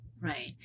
right